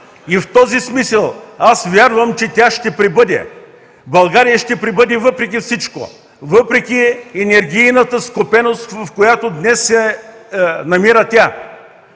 и в този смисъл аз вярвам, че тя ще пребъде! България ще пребъде въпреки всичко, въпреки енергийната скопеност, в която днес се намира тя,